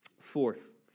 Fourth